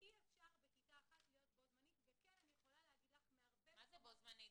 --- אי אפשר בכיתה אחת להיות בו זמנית --- מה זה "בו זמנית"?